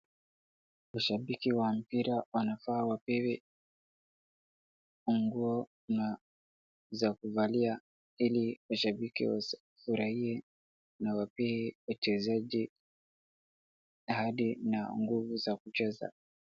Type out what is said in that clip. Washambiki wa mpira wanafaa wapewe nguo za kuvalia ili washambiki wafurahie na wapee wachezaji ahadi na nguvu za kucheza.